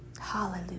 Hallelujah